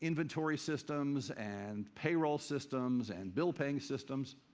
inventory systems, and payroll systems and bill-paying systems.